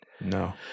No